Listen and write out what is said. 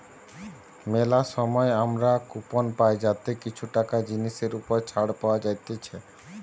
মেলা সময় আমরা কুপন পাই যাতে কিছু টাকা জিনিসের ওপর ছাড় পাওয়া যাতিছে